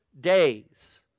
Days